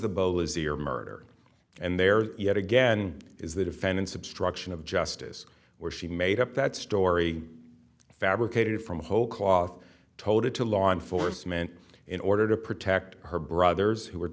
or murder and there yet again is the defendant's obstruction of justice where she made up that story fabricated from whole cloth told it to law enforcement in order to protect her brothers who were